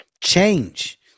change